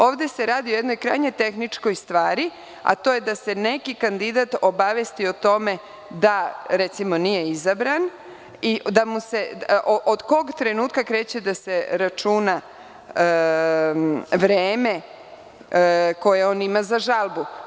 Ovde se radi o jednoj krajnje tehničkoj stvari, a to je da se neki kandidat obavesti o tome da, recimo, nije izabran, od kog trenutka kreće da se računa vreme koje on ima za žalbu.